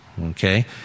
okay